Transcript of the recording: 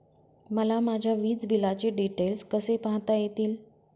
मला माझ्या वीजबिलाचे डिटेल्स कसे पाहता येतील?